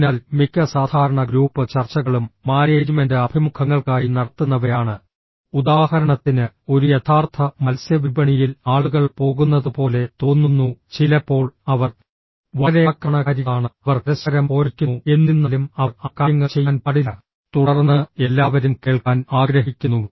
അതിനാൽ മിക്ക സാധാരണ ഗ്രൂപ്പ് ചർച്ചകളും മാനേജ്മെന്റ് അഭിമുഖങ്ങൾക്കായി നടത്തുന്നവയാണ് ഉദാഹരണത്തിന് ഒരു യഥാർത്ഥ മത്സ്യവിപണിയിൽ ആളുകൾ പോകുന്നതുപോലെ തോന്നുന്നു ചിലപ്പോൾ അവർ വളരെ ആക്രമണകാരികളാണ് അവർ പരസ്പരം പോരടിക്കുന്നു എന്നിരുന്നാലും അവർ ആ കാര്യങ്ങൾ ചെയ്യാൻ പാടില്ല തുടർന്ന് എല്ലാവരും കേൾക്കാൻ ആഗ്രഹിക്കുന്നു